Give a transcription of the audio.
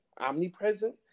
omnipresent